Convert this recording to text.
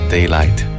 Daylight 》 。